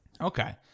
Okay